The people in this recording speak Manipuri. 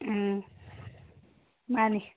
ꯎꯝ ꯃꯥꯟꯅꯤ